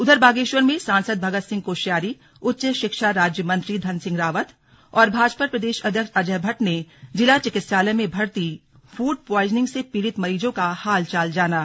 उधर बागेश्वर में सासंद भगत सिंह कोश्यारी उच्च शिक्षा राज्य मंत्री धन सिंह रावत और भाजपा प्रदेश अध्यक्ष अजय भट्ट ने जिला चिकित्सालय में भर्ती फूड प्वाइजनिंग से पीड़ित मरीजों का हालचाल जाना